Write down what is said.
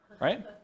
Right